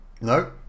No